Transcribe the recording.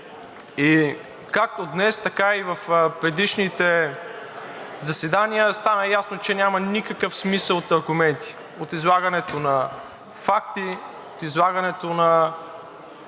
Както днес, така и в предишните заседания стана ясно, че няма никакъв смисъл от аргументи, от излагането на факти, от излагането на